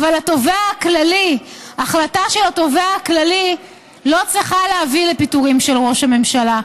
אבל החלטה של התובע הכללי לא צריכה להביא לפיטורים של ראש הממשלה.